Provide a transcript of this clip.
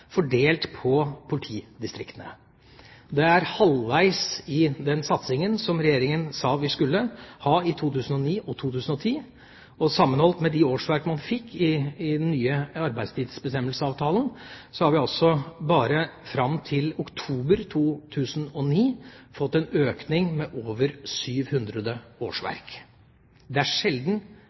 fordelt på politidistriktene. Det er halvveis i den satsingen som Regjeringa sa vi skulle ha i 2009 og 2010. Sammenholdt med de årsverkene man fikk i forbindelse med den nye arbeidstidsbestemmelsesavtalen, fikk vi bare fram til oktober 2009 en økning med over 700 årsverk. Det er sjelden